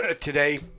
today